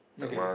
okay